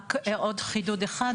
עוד חידוד אחד,